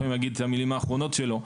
לפעמים להגיד את המילים האחרונות שלו,